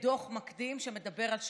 כדוח מקדים שמדבר על שפעת,